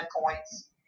points